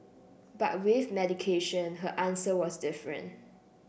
but with medication her answer was different